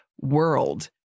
world